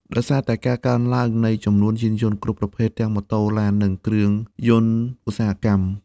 ដោយសារតែការកើនឡើងនៃចំនួនយានយន្តគ្រប់ប្រភេទទាំងម៉ូតូ ឡាន និងគ្រឿងយន្តឧស្សាហកម្ម។